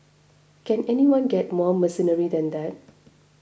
can anyone get more mercenary than that